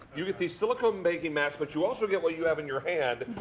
you get these silicone baking mats. but you also get what you have in your hand,